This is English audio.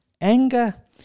anger